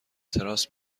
تراس